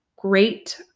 great